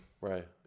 right